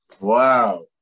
Wow